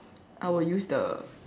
I would use the